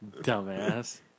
Dumbass